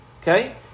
Okay